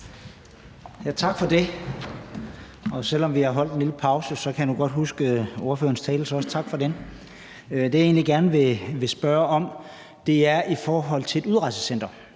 Tak for det. Selv om vi har holdt en lille pause, kan jeg nu godt huske ordførerens tale, så også tak for den. Det, jeg egentlig gerne vil spørge om, er om det her med et udrejsecenter.